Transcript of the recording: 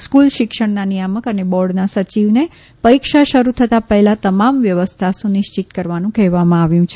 school શિક્ષણના નિયામક અને બોર્ડના સચિવને પરીક્ષા શરૂ થતા પહેલા તમામ વ્યવસ્થા સુનિશ્ચિત કરવાનું કહેવામાં આવ્યું છે